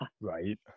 Right